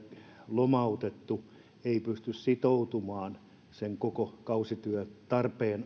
lomautettu ei pysty sitoutumaan työskentelemään koko sitä kausityötarpeen